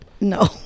No